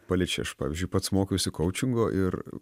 paliečia aš pavyzdžiui pats mokiausi koučingo ir